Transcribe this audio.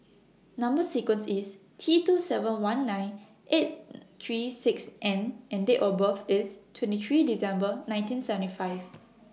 Number sequence IS T two seven one nine eight three six N and Date of birth IS twenty three December nineteen seventy five